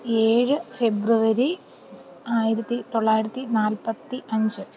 ഏഴ് ഫെബ്രുവരി ആയിരത്തി തൊള്ളായിരത്തി നാൽപ്പത്തി അഞ്ച്